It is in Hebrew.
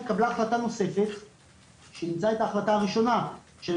התקבלה החלטה נוספת ששינתה את ההחלטה הראשונה גם של